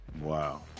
wow